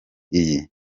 iyi